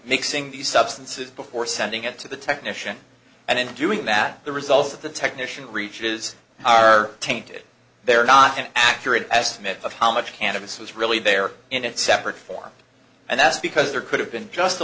these substances before sending it to the technician and in doing that the results of the technician reaches are tainted they're not an accurate estimate of how much cannabis was really there in that separate form and that's because there could have been just a